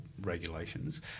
regulations